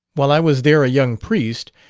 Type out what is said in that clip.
while i was there a young priest,